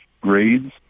grades